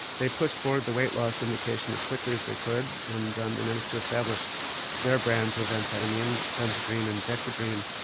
they pushed forward the weight loss indication as quickly as they could and um they managed to establish their brands of amphetamine, benzedrine and dexedrine,